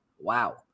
Wow